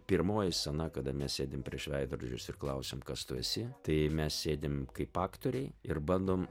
pirmoji scena kada mes sėdim prieš veidrodžius ir klausėm kas tu esi tai mes sėdim kaip aktoriai ir bandom